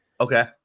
Okay